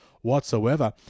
whatsoever